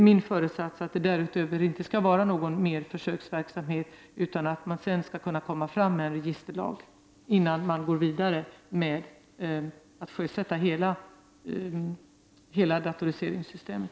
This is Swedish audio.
Min föresats är att det därutöver inte skall förekomma någon ytterligare försöksverksamhet, utan att man sedan skall kunna lägga fram ett förslag om en ny registerlag, innan man går vidare med att sjösätta hela datoriseringssystemet.